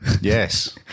Yes